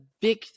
big